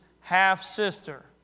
half-sister